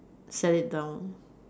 set it down